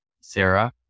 Sarah